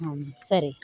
ಹಾಂ ಸರಿ